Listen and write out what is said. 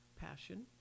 passion